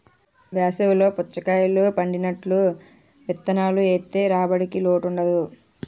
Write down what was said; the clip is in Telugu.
వేసవి లో పుచ్చకాయలు పండినట్టు విత్తనాలు ఏత్తె రాబడికి లోటుండదు